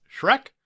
Shrek